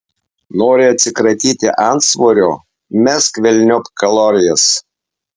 nori atsikratyti antsvorio mesk velniop kalorijas